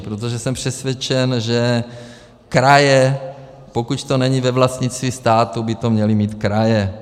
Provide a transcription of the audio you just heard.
Protože jsem přesvědčen, že kraje, pokud to není ve vlastnictví státu, by to měly mít kraje.